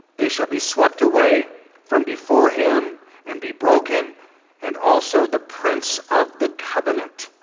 they shall be swept away from before him and be broken and also, the prince of the covenant.